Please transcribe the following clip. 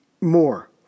more